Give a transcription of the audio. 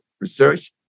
research